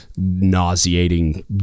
nauseating